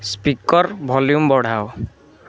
speaker volume ବଢ଼ାଅ